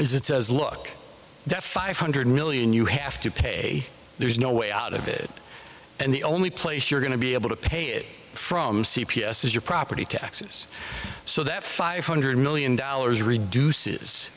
is it says look that five hundred million you have to pay there's no way out of it and the only place you're going to be able to pay it from c p s is your property taxes so that five hundred million dollars reduces